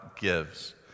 gives